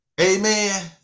Amen